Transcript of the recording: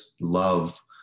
love